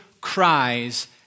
cries